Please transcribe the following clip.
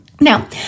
Now